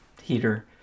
heater